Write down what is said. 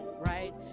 right